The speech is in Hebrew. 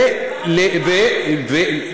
למה אתה תוקף אותנו?